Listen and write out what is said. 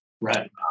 Right